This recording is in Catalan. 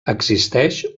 existeix